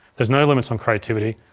there's no limits on creativity.